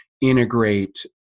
integrate